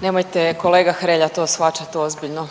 Nemojte kolega Hrelja to shvaćat ozbiljno